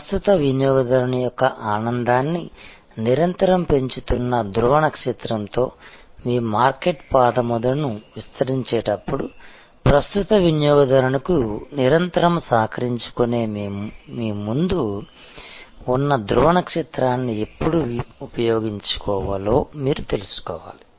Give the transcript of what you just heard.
ప్రస్తుత వినియోగదారుని యొక్క ఆనందాన్ని నిరంతరం పెంచుతున్న ధ్రువ నక్షత్రంతో మీ మార్కెట్ పాదముద్రను విస్తరించేటప్పుడు ప్రస్తుత వినియోగదారునికు నిరంతరం సహకరించుకునే మీ ముందు ఉన్న ధ్రువ నక్షత్రాన్ని ఎప్పుడు ఉపయోగించాలో మీరు తెలుసుకోవాలి